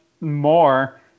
more